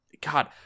God